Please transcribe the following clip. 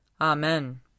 Amen